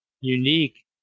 unique